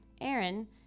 Aaron